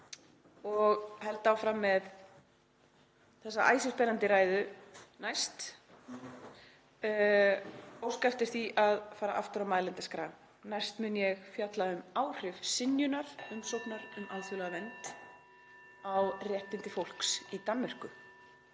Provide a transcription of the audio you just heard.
og held áfram með þessa æsispennandi ræðu næst. Ég óska eftir því að fara aftur á mælendaskrá. Næst mun ég fjalla um áhrif synjunar umsóknar um alþjóðlega vernd á réttindi fólks í Danmörku,